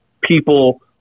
people